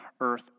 earth